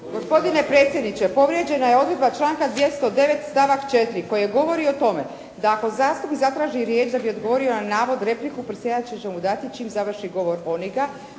Gospodine predsjedniče, povrijeđena je odredba članka 209. stavak 4. koji govori o tome da ako zastupnik zatraži za riječ da bi odgovorio na navod, repliku predsjedatelj će mu dati čim završi govor onoga